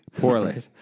poorly